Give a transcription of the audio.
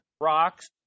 rocks